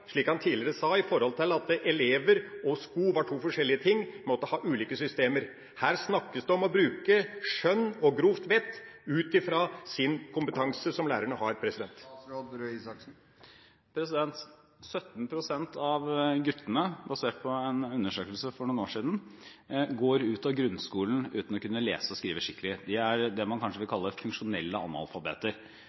slik han tidligere sa at elever og sko var to forskjellige ting – man måtte ha ulike systemer. Her snakkes det om å bruke skjønn og grovt vett ut fra den kompetanse lærerne har. 17 pst. av guttene, basert på en undersøkelse som ble gjort for noen år siden, går ut av grunnskolen uten å kunne lese og skrive skikkelig. De er det man kanskje vil kalle funksjonelle analfabeter.